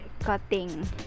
cutting